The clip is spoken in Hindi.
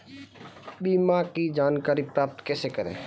बीमा की जानकारी प्राप्त कैसे करें?